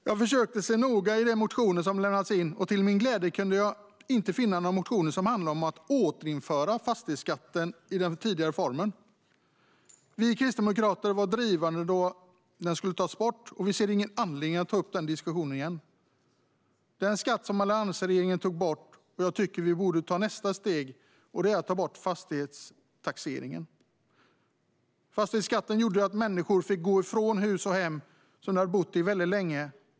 Jag försökte titta noga i de motioner som lämnats in, och till min glädje kunde jag inte finna några motioner som handlar om att återinföra fastighetsskatten i dess tidigare form. Vi kristdemokrater drev på för att den skulle tas bort, och vi ser ingen anledning att ta upp den diskussionen igen. Alliansregeringen tog bort fastighetsskatten. Jag tycker att vi borde ta nästa steg och ta bort fastighetstaxeringen. Fastighetsskatten gjorde att människor fick gå från hus och hem som de bott i väldigt länge.